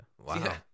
Wow